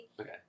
Okay